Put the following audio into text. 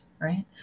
right